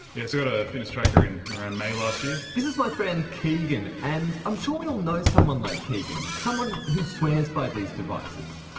yeah so i got a fitness tracker in around may last year. this is my friend keegan, and i'm sure we all know someone like keegan, someone who swears by these devices.